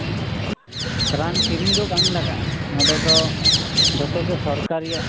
ᱨᱟᱱ ᱠᱤᱨᱤᱧ ᱫᱚ ᱵᱟᱝ ᱞᱟᱜᱟᱜᱼᱟ ᱱᱚᱸᱰᱮ ᱫᱚ ᱡᱚᱛᱚᱜᱮ ᱥᱚᱨᱠᱟᱨᱤᱭᱟᱜ